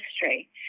history